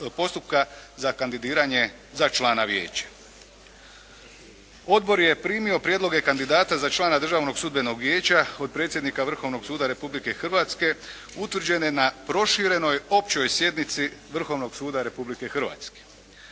za kandidiranje za člana Vijeća. Odbor je primio prijedloge kandidata za člana Državnog sudbenog vijeća od predsjednika Vrhovnog suda Republike Hrvatske utvrđene na proširenoj općoj sjednici Vrhovnog suda Republike Hrvatske.